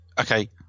okay